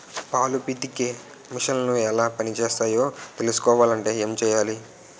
పాలు పితికే మిసన్లు ఎలా పనిచేస్తాయో తెలుసుకోవాలంటే ఏం చెయ్యాలి?